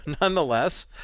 nonetheless